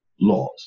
laws